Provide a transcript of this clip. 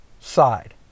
side